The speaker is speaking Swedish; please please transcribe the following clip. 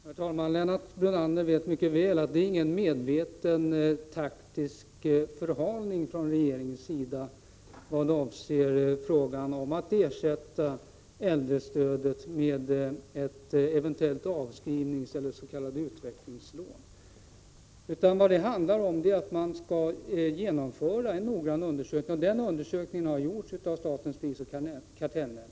Herr talman! Lennart Brunander vet mycket väl att det inte är någon medveten eller taktisk förhalning från regeringens sida då det gäller att ersätta äldrestödet med ett eventuellt avskrivningslån eller s.k. utvecklingslån. Vad det handlar om är att man skall genomföra en noggrann undersökning, och denna undersökning har gjorts av statens prisoch kartellnämnd.